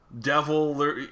devil